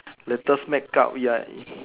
latest make up ya